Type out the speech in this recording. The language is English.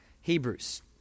Hebrews